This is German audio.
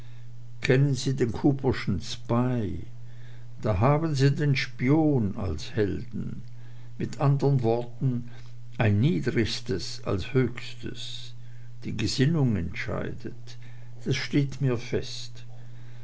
kennen sie den cooperschen spy da haben sie den spion als helden mit andern worten ein niedrigstes als höchstes die gesinnung entscheidet das steht mir fest